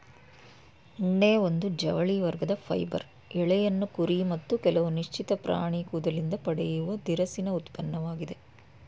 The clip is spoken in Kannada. ಉಣ್ಣೆ ಒಂದು ಜವಳಿ ವರ್ಗದ ಫೈಬರ್ ಎಳೆಯನ್ನು ಕುರಿ ಮತ್ತು ಕೆಲವು ನಿಶ್ಚಿತ ಪ್ರಾಣಿ ಕೂದಲಿಂದ ಪಡೆಯುವ ದಿರಸಿನ ಉತ್ಪನ್ನವಾಗಿದೆ